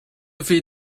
feed